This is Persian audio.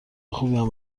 خوبیم